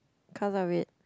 cause of it